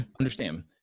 understand